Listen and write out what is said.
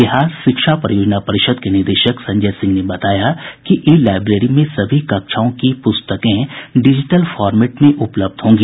बिहार शिक्षा परियोजना परिषद के निदेशक संजय सिंह ने बताया कि ई लाईब्रेरी में सभी कक्षाओं की पुस्तकें डिजिटल फॉरमेट में उपलब्ध होंगी